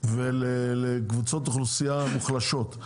ולקבוצות אוכלוסייה מוחלשות,